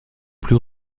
plus